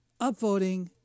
upvoting